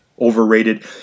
overrated